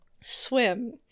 swim